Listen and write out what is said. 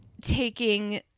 taking